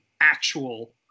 actual